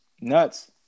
nuts